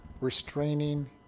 restraining